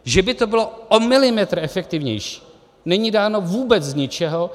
Že by to bylo o milimetr efektivnější, není dáno vůbec z ničeho.